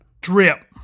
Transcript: Drip